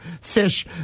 fish